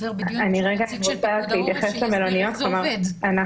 חסר בדיון נציג של פיקוד העורף שיסביר איך זה עובד.